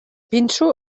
pinso